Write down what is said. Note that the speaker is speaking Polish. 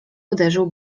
uderzył